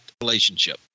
relationship